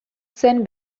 zen